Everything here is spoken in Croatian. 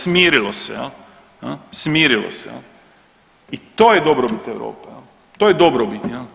Smirilo se, smirilo se i to je dobrobit Europe, to je dobrobit.